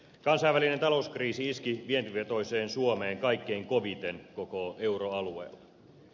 kansainvälinen talouskriisi iski vientivetoiseen suomeen kaikkein koviten koko euroalueella